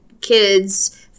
kids